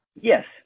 Yes